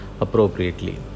appropriately